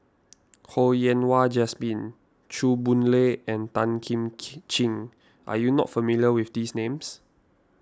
Ho Yen Wah Jesmine Chew Boon Lay and Tan Kim Ching are you not familiar with these names